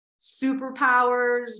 superpowers